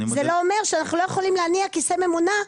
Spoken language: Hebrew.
זה לא אומר שאנחנו לא יכולים להניע כיסא ממונע,